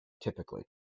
typically